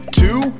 two